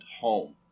home